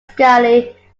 scaly